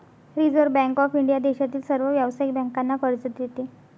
reserve Bank of India देशातील सर्व व्यावसायिक बँकांना कर्ज देते